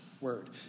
word